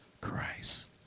Christ